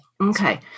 Okay